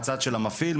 המפעיל,